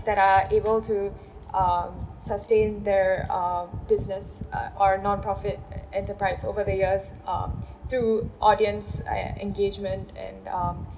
that are able to uh sustain their uh business uh or nonprofit enterprise over the years um through audience and engagement and um